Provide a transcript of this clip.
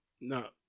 No